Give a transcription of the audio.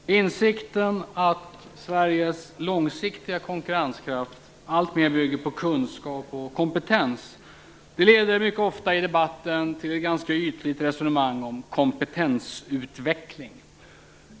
Herr talman! Insikten att Sveriges långsiktiga konkurrenskraft alltmer bygger på kunskap och kompetens leder mycket ofta i den politiska debatten till ett ytligt resonemang om kompetensutveckling.